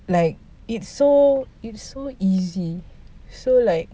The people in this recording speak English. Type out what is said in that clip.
like it's so it's so easy so like